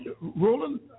Roland